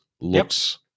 looks